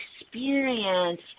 experience